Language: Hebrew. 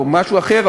או משהו אחר,